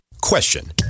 Question